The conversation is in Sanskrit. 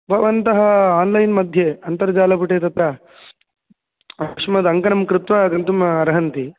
भवन्तः आन्लैन् मध्ये अन्तर्जालपुटे तत्र अक्ष्मदङ्कनं कृत्वा गन्तुम् अर्हन्ति